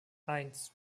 eins